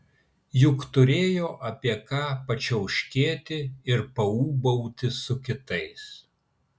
juk turėjo apie ką pačiauškėti ir paūbauti su kitais